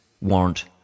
warrant